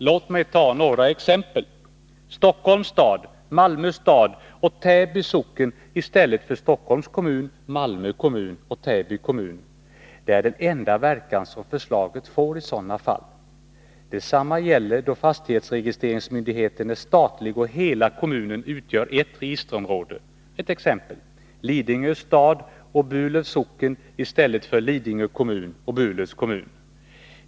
Låt mig ta några exempel: Stockholms stad, Malmö stad och Täby socken i stället för Stockholms kommun, Malmö kommun och Täby kommun. Det är den enda verkan förslaget får i sådana fall. Detsamma gäller då fastighetsregistreringsmyndigheten är statlig och hela kommunen utgör ett registerområde. Exempel: Lidingö stad och Burlövs socken i stället för Lidingö kommun och Burlövs kommun.